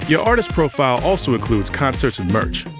yeah artist profile also includes concerts and merch.